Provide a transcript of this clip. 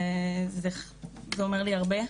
זה אומר לי הרבה,